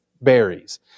Berries